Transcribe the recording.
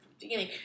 beginning